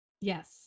Yes